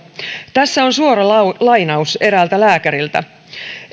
tässä on suora lainaus eräältä lääkäriltä